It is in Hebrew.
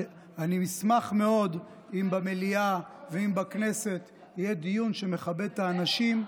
אני אשמח מאוד אם במליאה ואם בכנסת יהיה דיון שמכבד את האנשים,